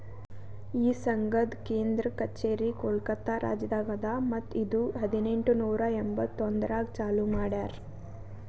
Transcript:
ಈ ಸಂಘದ್ ಕೇಂದ್ರ ಕಚೇರಿ ಕೋಲ್ಕತಾ ರಾಜ್ಯದಾಗ್ ಅದಾ ಮತ್ತ ಇದು ಹದಿನೆಂಟು ನೂರಾ ಎಂಬತ್ತೊಂದರಾಗ್ ಚಾಲೂ ಮಾಡ್ಯಾರ್